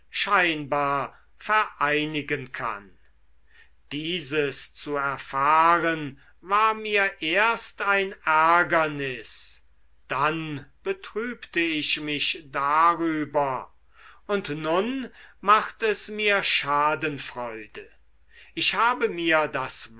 scheinbar vereinigen kann dieses zu erfahren war mir erst ein ärgernis dann betrübte ich mich darüber und nun macht es mir schadenfreude ich habe mir das